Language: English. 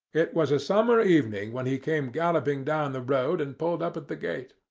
it was a summer evening when he came galloping down the road and pulled up at the gate.